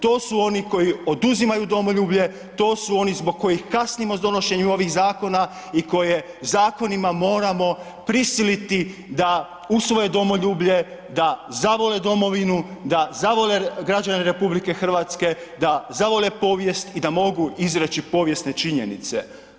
To su oni koji oduzimaju domoljublje, to su oni zbog kojih kasnimo s donošenjem ovih zakona i koje zakonima moramo prisiliti da usvoje domoljublje, da zavole domovinu, da zavole građane RH, da zavole povijest i da mogu izreći povijesne činjenice.